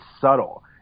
subtle